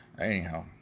Anyhow